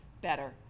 better